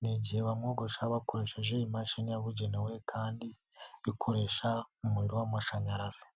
ni igihe bamwogosha bakoresheje imashini yabugenewe kandi bikoresha umuriro w'amashanyarazi.